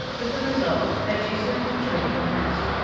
with the result that she soon betrayed her nest.